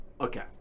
Okay